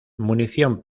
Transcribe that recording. munición